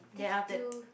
yea that